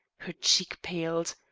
her cheek paled.